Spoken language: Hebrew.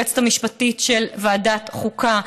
היועצת המשפטית של ועדת החוקה,